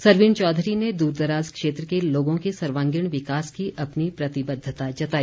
सरवीण चौधरी ने दूरदराज क्षेत्र के लोगों के सर्वागीण विकास की अपनी प्रतिबद्धता जताई